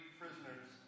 prisoners